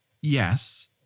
yes